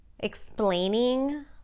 explaining